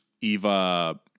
Eva